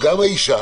גם האישה